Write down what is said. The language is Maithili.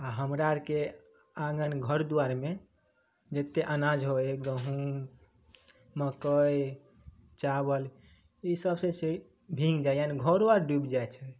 आ हमरा आरके आँगन घर दुवार मे जत्ते अनाज होइ है गहूँम मकइ चावल ईसब से भींग जाइ यानी घरो आर डुबि जाइ छै